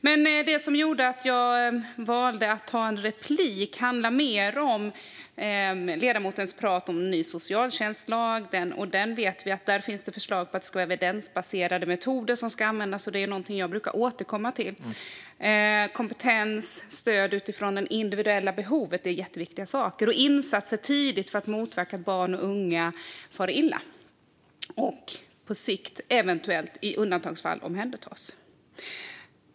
Men det som gjorde att jag valde att begära replik handlar mer om ledamotens prat om en ny socialtjänstlag. Vi vet att det finns förslag om att det ska vara evidensbaserade metoder som ska användas, och det är något som jag brukar återkomma till. Kompetens och stöd utifrån det individuella behovet är jätteviktiga saker. Och det handlar om tidiga insatser för att motverka att barn och unga far illa och på sikt eventuellt, i undantagsfall, omhändertas.